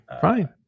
fine